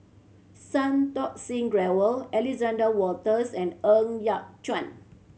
Santokh Singh Grewal Alexander Wolters and Ng Yat Chuan